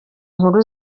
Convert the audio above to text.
nkuru